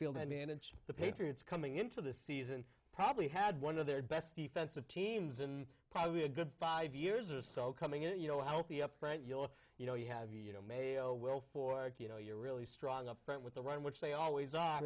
field advantage the patriots coming into the season probably had one of their best defensive teams in probably a good five years or so coming in you know out the upright you know you know you have you know mayo wilfork you know you're really strong up front with the run which they always